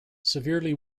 severely